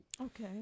Okay